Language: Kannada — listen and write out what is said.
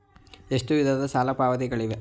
ಎಷ್ಟು ವಿಧದ ಸಾಲ ಪಾವತಿಗಳಿವೆ?